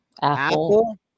Apple